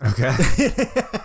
okay